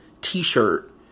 t-shirt